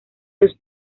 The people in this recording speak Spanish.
los